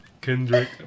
Kendrick